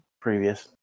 previous